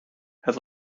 het